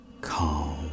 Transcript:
calm